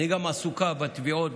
אני גם עסוקה בתביעות,